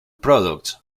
products